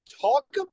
Talk